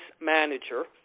Manager